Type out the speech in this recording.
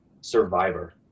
Survivor